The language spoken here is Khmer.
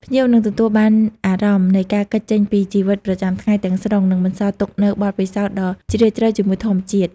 ភ្ញៀវនឹងទទួលបានអារម្មណ៍នៃការគេចចេញពីជីវិតប្រចាំថ្ងៃទាំងស្រុង និងបន្សល់ទុកនូវបទពិសោធន៍ដ៏ជ្រាលជ្រៅជាមួយធម្មជាតិ។